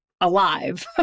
alive